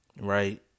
Right